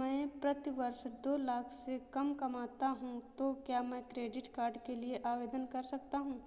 मैं प्रति वर्ष दो लाख से कम कमाता हूँ तो क्या मैं क्रेडिट कार्ड के लिए आवेदन कर सकता हूँ?